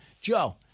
Joe